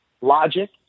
logic